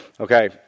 Okay